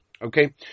Okay